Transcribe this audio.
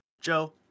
Joe